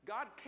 God